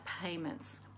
payments